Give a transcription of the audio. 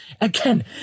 Again